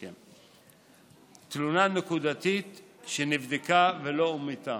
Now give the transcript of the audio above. זו תלונה נקודתית שנבדקה ולא אומתה.